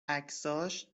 عکساش